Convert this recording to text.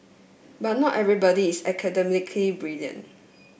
but not everybody is academically brilliant